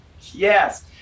yes